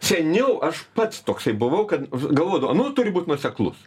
seniau aš pats toksai buvau kad galvodavau nu turi būt nuoseklus